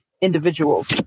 individuals